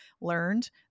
learned